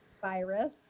virus